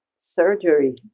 surgery